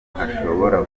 hashobora